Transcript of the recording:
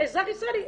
אזרח ישראלי.